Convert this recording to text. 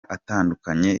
atandukanye